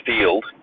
field